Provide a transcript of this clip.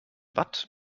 watt